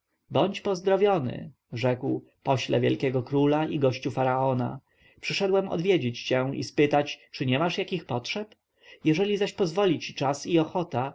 bądź pozdrowiony rzekł pośle wielkiego króla i gościu faraona przyszedłem odwiedzić cię i spytać czy nie masz jakich potrzeb jeżeli zaś pozwoli ci czas i ochota